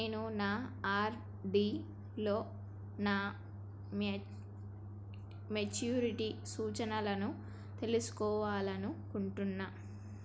నేను నా ఆర్.డి లో నా మెచ్యూరిటీ సూచనలను తెలుసుకోవాలనుకుంటున్నా